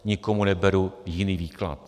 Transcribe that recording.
Nikomu neberu jiný výklad.